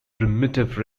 primitive